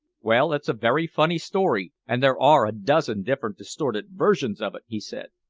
well, it's a very funny story, and there are a dozen different distorted versions of it, he said.